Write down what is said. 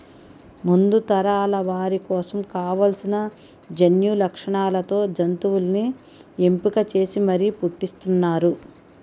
ముందు తరాల వారి కోసం కావాల్సిన జన్యులక్షణాలతో జంతువుల్ని ఎంపిక చేసి మరీ పుట్టిస్తున్నారు